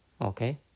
Okay